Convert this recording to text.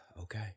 okay